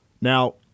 Now